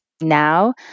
now